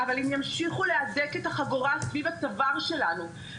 אבל אם ימשיכו להדק את החגורה סביב הצוואר שלנו,